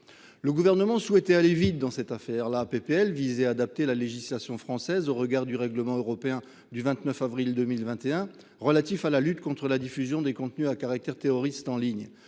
Le gouvernement souhaitait aller vite dans cette affaire là PPL. Adapter la législation française au regard du règlement européen du 29 avril 2021 relatif à la lutte contre la diffusion des contenus à caractère terroriste en ligne